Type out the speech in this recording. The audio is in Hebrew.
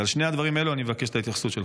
על שני הדברים האלה אני מבקש את ההתייחסות שלך.